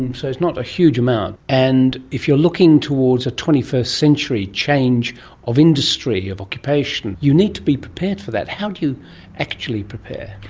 um so it's not a huge amount. and if you're looking towards a twenty first century change of industry, of occupation, you need to be prepared for that. how do you actually prepare?